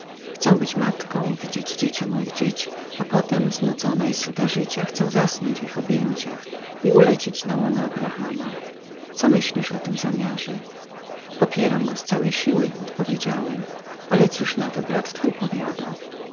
chcę być matką widzieć dzieci moich dzieci i potem znudzona i syta życia chcę zasnąć w ich objęciach i ulecieć na łono abrahama co mówisz o tym zamiarze potwierdzam go z całej siły odpowiedziałem ale cóż na to brat twój powiada